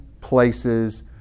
places